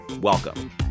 Welcome